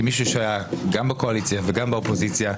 כמי שהיה גם בקואליציה וגם באופוזיציה,